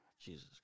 Jesus